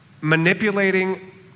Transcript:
manipulating